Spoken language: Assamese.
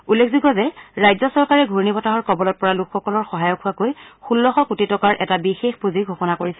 উল্লেখযোগ্য যে ৰাজ্য চৰকাৰে ঘূৰ্ণীবতাহৰ কবলত পৰা লোকসকলৰ সহায়ক হোৱাকৈ ষোল্লশ কোটি টকাৰ এটা বিশেষ পুঁজিৰ ঘোষণা কৰিছে